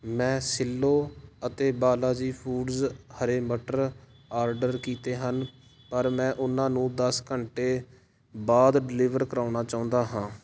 ਮੈਂ ਸਿਲੋ ਅਤੇ ਬਾਲਾਜੀ ਫੂਡਜ਼ ਹਰੇ ਮਟਰ ਆਰਡਰ ਕੀਤੇ ਹਨ ਪਰ ਮੈਂ ਉਹਨਾਂ ਨੂੰ ਦਸ ਘੰਟੇ ਬਾਅਦ ਡਿਲੀਵਰ ਕਰਵਾਉਣਾ ਚਾਹੁੰਦਾ ਹਾਂ